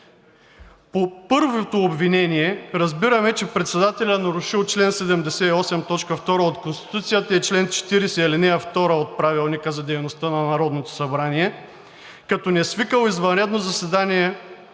По първото обвинение разбираме, че председателят е нарушил чл. 78, т. 2 от Конституцията и чл. 40, ал. 2 от Правилника за дейността на Народното събрание, като не е свикал извънредно заседание